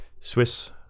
Swiss